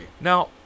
Now